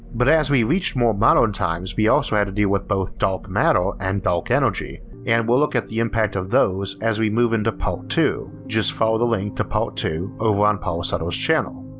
but as we reached more modern times we also had to deal with both dark matter and dark energy, and we'll look at the impact of those as we move in to part two, just follow the link to part two over on paul sutter's channel.